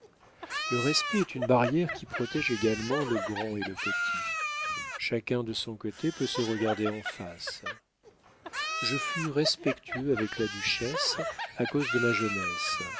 le respect est une barrière qui protége également le grand et le petit chacun de son côté peut se regarder en face je fus respectueux avec la duchesse à cause de ma jeunesse